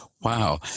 Wow